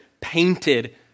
painted